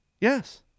Yes